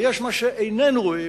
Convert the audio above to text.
מה שאיננו רואים,